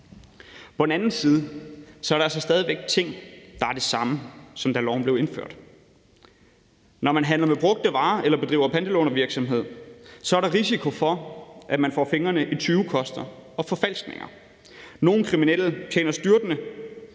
På den anden side er der altså stadig væk ting, der er det samme, som da loven blev indført. Når man handler med brugte varer eller bedriver pantelånervirksomhed, er der risiko for, at man får fingrene i tyvekoster og forfalskninger. Nogle kriminelle tjener styrtende,